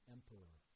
Emperor